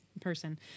person